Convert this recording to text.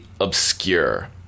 obscure